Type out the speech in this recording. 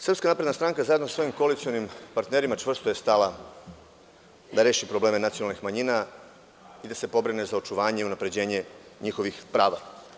Srpska napredna stranka zajedno sa svojim koalicionim partnerima čvrsto je stala da reši probleme nacionalnih manjina i da se pobrine za očuvanje i unapređenje njihovih prava.